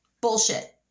Bullshit